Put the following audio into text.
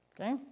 Okay